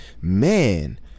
man